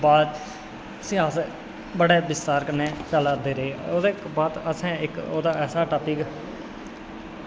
तां उसी अस बड़े बिस्तार कन्नै चलांदे रेह् ओह्दे बाद असें इक ऐसा टॉपिक